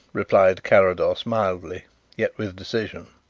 replied carrados mildly yet with decision.